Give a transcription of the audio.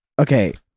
okay